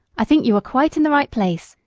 i think you are quite in the right place,